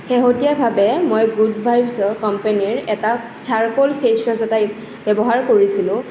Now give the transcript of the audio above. শেষতীয়াভাৱে মই good vibes কম্পেনীৰ এটা ছাৰক'ল ফে'ছৱাছ এটা ব্যৱহাৰ কৰিছিলোঁ